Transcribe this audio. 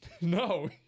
No